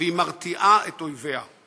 והיא מרתיעה את אויביה.